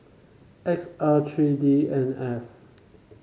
X R three D N F